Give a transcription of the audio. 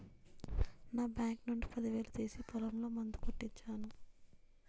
నా బాంకు నుండి పదివేలు తీసి పొలంలో మందు కొట్టించాను